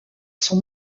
son